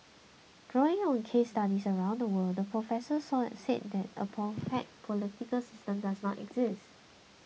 drawing on case studies around the world the professor said that a perfect political system does not exist